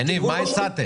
יניב, מה הצעתם?